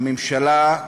הממשלה,